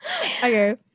Okay